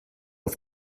auf